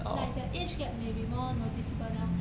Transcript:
like the age gap may be more noticeable now